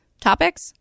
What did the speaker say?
topics